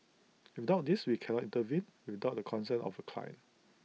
without this we cannot intervene without the consent of the client